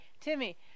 Timmy